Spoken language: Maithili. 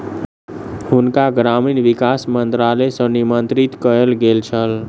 हुनका ग्रामीण विकास मंत्रालय सॅ निमंत्रित कयल गेल छल